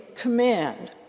command